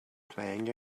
playing